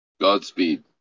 Godspeed